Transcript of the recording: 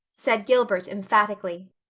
said gilbert emphatically.